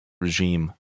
Regime